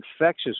infectious